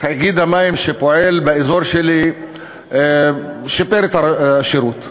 תאגיד המים שפועל באזור שלי שיפר את השירות.